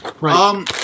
Right